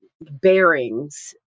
bearings